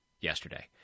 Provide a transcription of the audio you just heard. yesterday